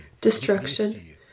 destruction